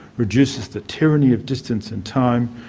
reduces the tyranny of distance and time,